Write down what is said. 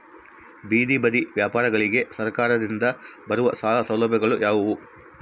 ಬೇದಿ ಬದಿ ವ್ಯಾಪಾರಗಳಿಗೆ ಸರಕಾರದಿಂದ ಬರುವ ಸಾಲ ಸೌಲಭ್ಯಗಳು ಯಾವುವು?